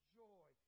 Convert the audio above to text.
joy